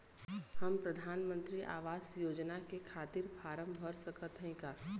हम प्रधान मंत्री आवास योजना के खातिर फारम भर सकत हयी का?